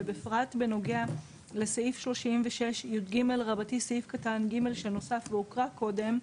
ובפרט בנוגע לסעיף 36יג(ג) שנוסף והוקרא קודם,